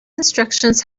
instructions